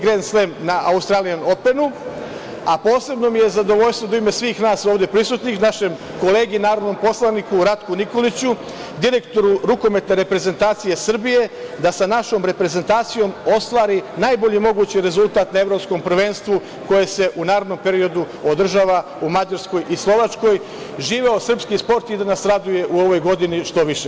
Grend Slem na Australijan Openu, a posebno mi je zadovoljstvo da u ime svih nas ovde prisutnih našem kolegi narodnom poslaniku Ratku Nikoliću, direktoru Rukometne reprezentacije Srbije, da sa našom reprezentacijom, ostvari najbolji mogući rezultat na Evropskom prvenstvu koje se u narednom periodu održava u Mađarskoj i Slovačkoj, i živeo srpski sport i da nas raduje u ovoj godini što više.